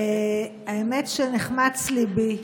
האמת היא שנחמץ ליבי,